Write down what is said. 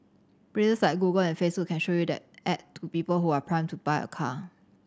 places like Google and Facebook can show you that ad to people who are primed to buy a car